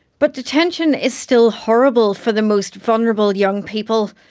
but detention is still horrible for the most vulnerable young people.